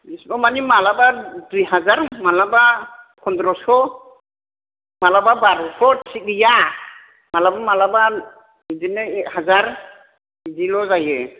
बेसेबां माने माब्लाबा दुइ हाजार माब्लाबा पन्द्रस' मालाबा बार'स' थिग गैया माब्लाबा माब्लाबा बिदिनो हाजार बिदिल' जायो